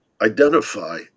identify